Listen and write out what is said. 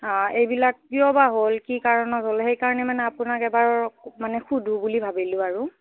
এইবিলাক কিয় বা হ'ল কি কাৰণত হ'ল সেইকাৰণে মানে আপোনাক এবাৰ মানে সোধোঁ বুলি ভাবিলোঁ আৰু